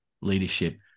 leadership